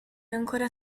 ancora